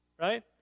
Right